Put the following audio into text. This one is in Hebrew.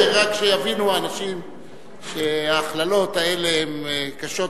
רק שיבינו האנשים שהכללות האלה הן קשות ביותר.